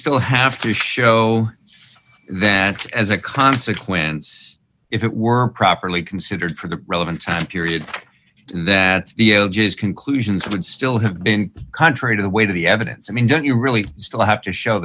still have to show that as a consequence if it were properly considered for the relevant time period that the conclusions would still have been contrary to the weight of the evidence i mean don't you really still have to show